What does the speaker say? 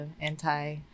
Anti